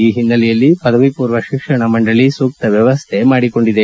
ಈ ಹಿನ್ನಲೆಯಲ್ಲಿ ಪದವಿ ಪೂರ್ವ ಶಿಕ್ಷಣಾ ಮಂಡಳಿ ಸೂಕ್ತ ವ್ಯವಸ್ಥೆ ಮಾಡಿಕೊಂಡಿದೆ